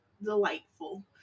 delightful